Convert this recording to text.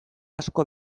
asko